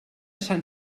sant